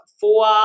four